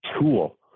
tool